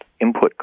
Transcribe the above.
input